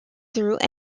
through